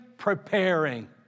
Preparing